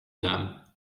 them